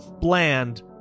bland